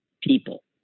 people